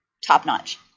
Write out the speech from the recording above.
top-notch